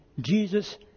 Jesus